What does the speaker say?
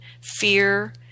fear